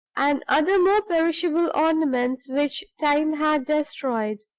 and other more perishable ornaments which time had destroyed.